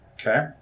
okay